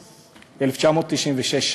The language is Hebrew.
1996,